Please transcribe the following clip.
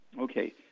Okay